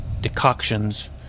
decoctions